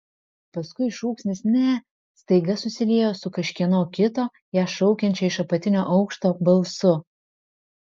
paskui šūksnis ne staiga susiliejo su kažkieno kito ją šaukiančio iš apatinio aukšto balsu